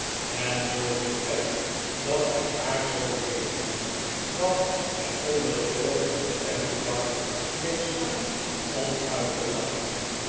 en zooveel pret dat hij haar zoo beetnam dat hij bnder den boog van temple bar bleef staan om uit te lacften